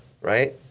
right